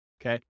okay